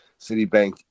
Citibank